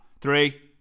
Three